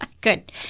Good